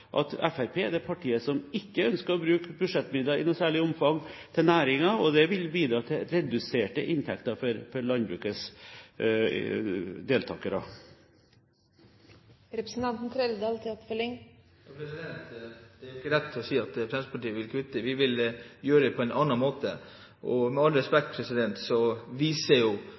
er det partiet som ikke ønsker å bruke budsjettmidler til næringen i noe særlig omfang, og det vil bidra til reduserte inntekter for landbrukets deltakere. Det er ikke riktig å si at Fremskrittspartiet vil kutte. Vi vil gjøre det på en annen måte. Med all respekt: Så lenge Brekk har styrt, nemlig i to perioder, har det aldri vært nedlagt flere bruk. Så det er jo